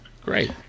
Great